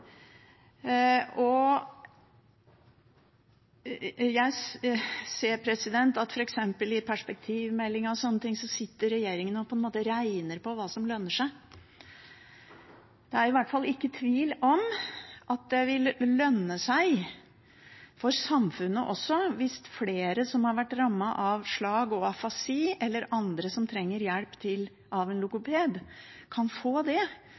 Jeg ser at f.eks. i perspektivmeldingen sitter regjeringen og på en måte regner på hva som lønner seg. Det er i hvert fall ikke tvil om at det vil lønne seg, for samfunnet også, hvis flere som har vært rammet av slag og afasi, eller andre som trenger hjelp av en logoped, kan få det,